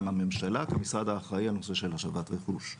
הממשלה כמשרד האחראי על הנושא של השבת רכוש.